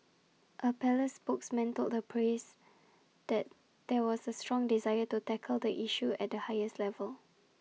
A palace spokesman told the press that there was A strong desire to tackle the issue at the highest levels